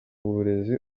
uburezi